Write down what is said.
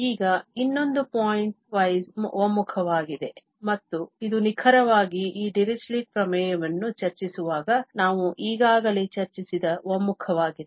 ಈಗ ಇನ್ನೊಂದು ಪಾಯಿಂಟ್ವೈಸ್ ಒಮ್ಮುಖವಾಗಿದೆ ಮತ್ತು ಇದು ನಿಖರವಾಗಿ ಈ ಡಿರಿಚ್ಲೆಟ್ ಪ್ರಮೇಯವನ್ನು ಚರ್ಚಿಸುವಾಗ ನಾವು ಈಗಾಗಲೇ ಚರ್ಚಿಸಿದ ಒಮ್ಮುಖವಾಗಿದೆ